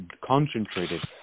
concentrated